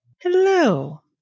Hello